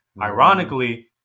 Ironically